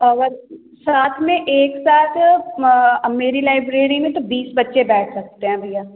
अगर साथ में एक साथ मेरी लाइब्रेरी में तो बीस बच्चे बैठ सकते हैं भैया